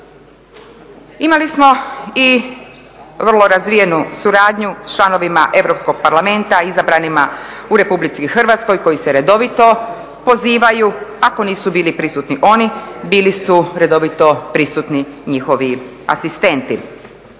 Imali smo i vrlo razvijenu suradnju s članovima Europskog parlamenta izabranima u Republici Hrvatskoj koji se redovito pozivaju. Ako nisu bili prisutni, oni bili su redovito prisutni njihovi asistenti.